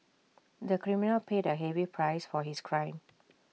the criminal paid A heavy price for his crime